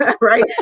Right